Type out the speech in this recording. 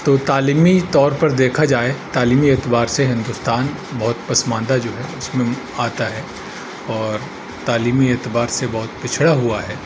تو تعلیمی طور پر دیکھا جائے تعلیمی اعتبار سے ہندوستان بہت پسماندہ جو ہے اس میں آتا ہے اور تعلیمی اعتبار سے بہت پچھڑا ہوا ہے